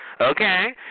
Okay